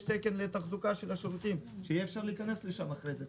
תקן לתחזוקה של השירותים שיהיה אפשר להיכנס לשם אחרי כן.